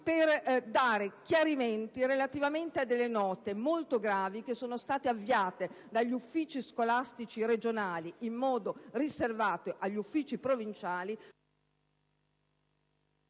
per dare chiarimenti relativamente a delle note molto gravi avviate dagli Uffici scolastici regionali, in modo riservato, agli uffici provinciali*...